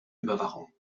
überwachung